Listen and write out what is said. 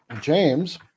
James